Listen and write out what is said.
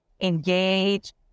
engage